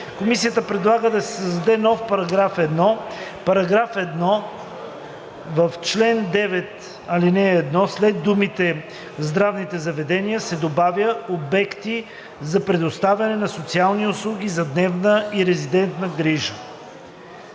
Комисията предлага да се създаде нов § 1: „§ 1. В чл. 9, ал. 1 след думите „здравните заведения“ се добавя „обекти за предоставяне на социални услуги за дневна и резидентна грижа“.“